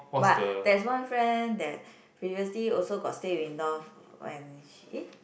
but there's one friend that previously also got stay with in law when she eh